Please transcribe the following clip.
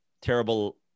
terrible